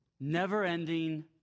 never-ending